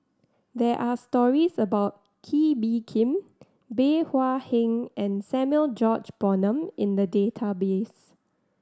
there are stories about Kee Bee Khim Bey Hua Heng and Samuel George Bonham in the database